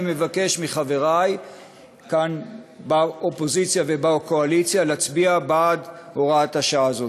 אני מבקש מחברי כאן באופוזיציה ובקואליציה להצביע בעד הוראת השעה הזאת.